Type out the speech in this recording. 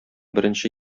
беренче